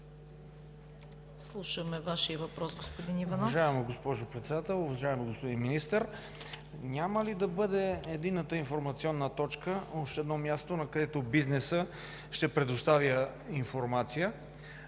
слушаме Вашия въпрос, господин Иванов.